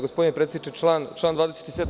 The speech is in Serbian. Gospodine predsedniče, član 27.